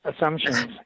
assumptions